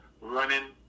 running